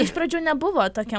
iš pradžių nebuvo tokia